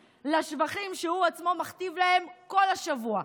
לשבחים שהוא עצמו מכתיב להם כל השבוע.